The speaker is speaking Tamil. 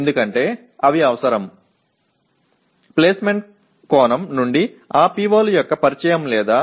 அந்த PO களின் பரிச்சயம் அல்லது அடைதல் என்பது வேலை வாய்ப்பு கண்ணோட்டத்தில் தேவைப்படுகிறது